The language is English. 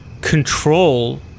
control